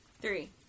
Three